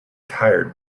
tired